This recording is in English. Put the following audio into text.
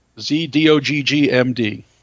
Z-D-O-G-G-M-D